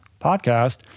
podcast